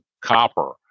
copper